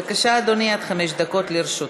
בבקשה, אדוני, עד חמש דקות לרשותך.